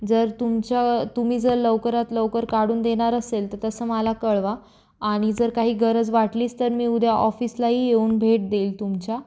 जर तुमच्या तुम्ही जर लवकरात लवकर काढून देणार असेल तर तसं मला कळवा आणि जर काही गरज वाटलीच तर मी उद्या ऑफिसलाही येऊन भेट देईल तुमच्या